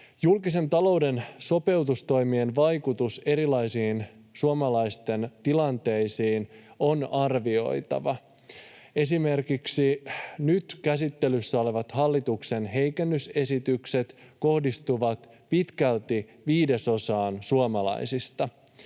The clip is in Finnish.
Julkisen talouden sopeutustoimien vaikutus erilaisiin suomalaisten tilanteisiin on arvioitava. Esimerkiksi nyt käsittelyssä olevat hallituksen heikennysesitykset kohdistuvat pitkälti viidesosaan suomalaisista.